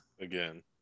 again